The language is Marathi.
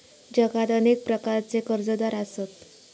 जगात अनेक प्रकारचे कर्जदार आसत